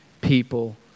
people